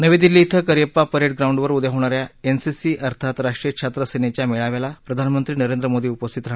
नवी दिल्ली इथं करिअप्पा परेड ग्राउंडवर उद्या होणाऱ्या एनसीसी अर्थात राष्ट्रीय छात्र सेनेच्या मेळाव्याला प्रधानमंत्री नरेंद्र मोदी उपस्थित राहणार आहेत